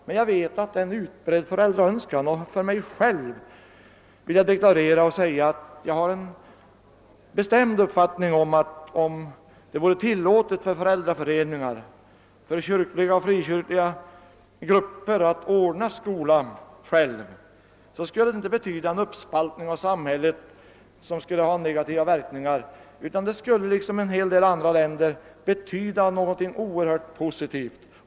Men jag vet att det finns en utbredd föräldraönskan om en alternativ skola. För egen del vill jag deklarera att jag har en bestämd uppfattning om att det, om det vore tillåtet för föräldraföreningar, för kyrkliga och frikyrkliga grupper att själva ordna skola, inte skulle betyda en uppspaltning av samhället som skulle få negativa verkningar, utan det skulle här liksom i en hel del andra länder vara någonting oerhört positivt.